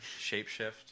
shapeshift